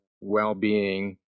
well-being